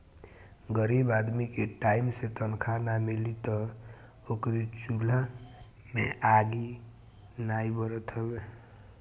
गरीब आदमी के टाइम से तनखा नाइ मिली तअ ओकरी इहां चुला में आगि नाइ बरत हवे